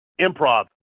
improv